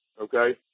okay